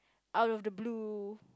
out of the blue